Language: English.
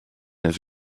his